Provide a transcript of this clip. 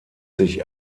sich